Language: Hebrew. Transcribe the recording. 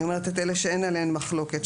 אני אומרת את אלה שאין עליהן מחלוקת,